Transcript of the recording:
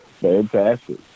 Fantastic